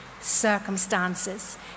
circumstances